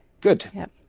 good